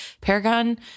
Paragon